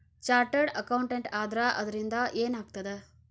Chartered accountant ಆದ್ರ ಅದರಿಂದಾ ಏನ್ ಆಗ್ತದ?